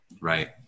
Right